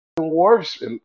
worse